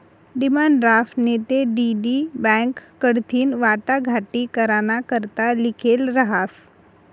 demand draft नैते DD bank कडथीन वाटाघाटी कराना करता लिखेल रहास